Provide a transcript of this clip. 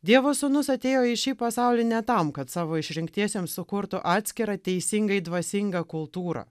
dievo sūnus atėjo į šį pasaulį ne tam kad savo išrinktiesiems sukurtų atskirą teisingai dvasingą kultūrą